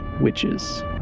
witches